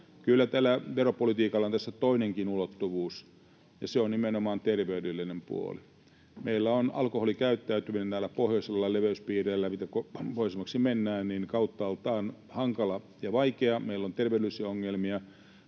kyllä tällä veropolitiikalla on tässä toinenkin ulottuvuus, ja se on nimenomaan terveydellinen puoli. Meillä on alkoholikäyttäytyminen näillä pohjoisilla leveyspiireillä, mitä pohjoisemmaksi mennään, kauttaaltaan hankala ja vaikea. Meillä on terveydellisiä ongelmia,